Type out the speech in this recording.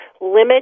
limit